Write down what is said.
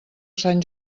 sant